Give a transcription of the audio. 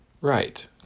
right